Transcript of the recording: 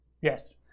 Yes